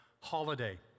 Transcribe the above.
holiday